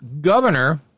governor